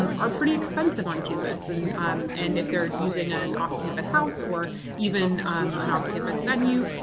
um are pretty expensive on campus, and um and if they're using ah an off-campus house or even an off-campus venue,